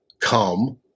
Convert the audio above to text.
come